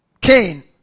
Cain